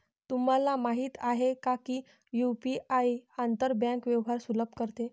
तुम्हाला माहित आहे का की यु.पी.आई आंतर बँक व्यवहार सुलभ करते?